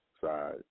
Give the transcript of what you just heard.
side